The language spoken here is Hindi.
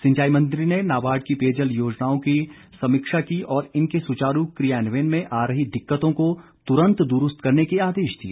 सिंचाई मंत्री ने नाबार्ड की पेयजल योजनाओं की समीक्षा की और इनके सुचारू क्रियान्वयन में आ रही दिक्कतों को तुरंत दुरूस्त करने के आदेश दिए